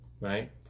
Right